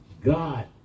God